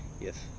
Yes